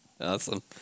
Awesome